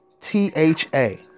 T-H-A